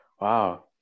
Wow